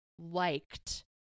liked